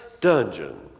dungeon